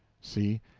c.